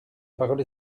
parole